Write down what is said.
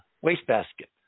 wastebasket